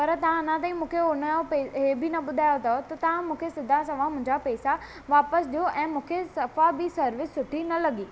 पर तव्हां अञा ताईं मूंखे हुनजो इहे बि न ॿुधायो अथव त तव्हां मूंखे सीधा सवा मुंहिंजा पैसा वापसि ॾियो ऐं मूंखे सफ़ा बि सर्विस सुठी न लॻी